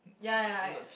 ya ya